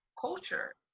culture